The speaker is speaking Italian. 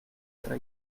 tra